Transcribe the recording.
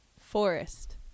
Forest